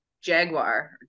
Jaguar